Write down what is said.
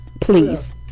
Please